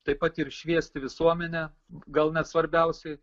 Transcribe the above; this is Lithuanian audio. taip pat ir šviesti visuomenę gal net svarbiausiai